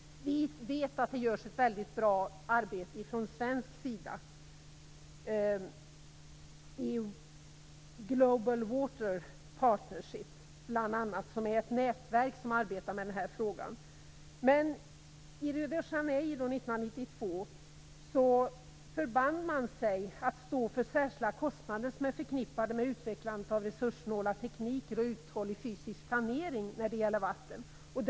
Global Water Partnership, som är ett nätverk som arbetar med den frågan. I Rio de Janeiro 1992 förband man sig att stå för särskilda kostnader som är förknippade med utvecklandet av resurssnåla tekniker och uthållig fysisk planering när det gäller vatten.